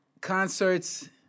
concerts